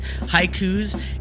haikus